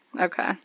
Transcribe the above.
Okay